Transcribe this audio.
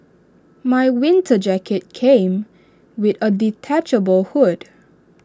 my winter jacket came with A detachable hood